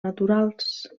naturals